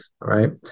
Right